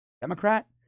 Democrat